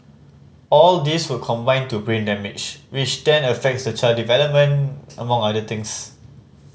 all these would contribute to brain damage which then affect the child development among other things